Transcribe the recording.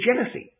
jealousy